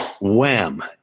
wham